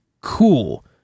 cool